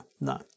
no